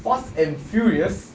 fast and furious